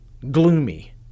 gloomy